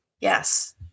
Yes